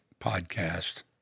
podcast